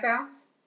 ounce